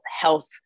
health